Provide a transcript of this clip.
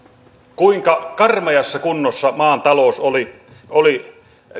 kuinka karmeassa kunnossa maan talous oli oli